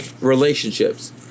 relationships